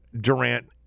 Durant